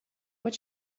what